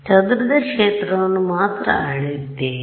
ಚದುರಿದ ಕ್ಷೇತ್ರವನ್ನು ಮಾತ್ರ ಅಳೆಯುತ್ತೇನೆ